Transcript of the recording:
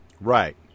Right